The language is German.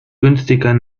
günstiger